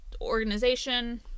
organization